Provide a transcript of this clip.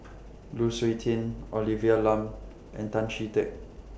Lu Suitin Olivia Lum and Tan Chee Teck